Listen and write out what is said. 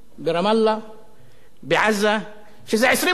בעזה, שזה 20% מהפעילות של כולנו, אגב,